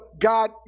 God